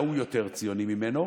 ההוא יותר ציוני ממנו.